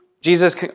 Jesus